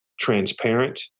transparent